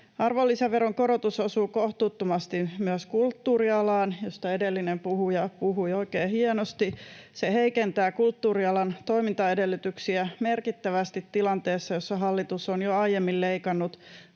Arvonlisäveron korotus osuu kohtuuttomasti myös kulttuurialaan, josta edellinen puhuja puhui oikein hienosti. Se heikentää kulttuurialan toimintaedellytyksiä merkittävästi tilanteessa, jossa hallitus on jo aiemmin leikannut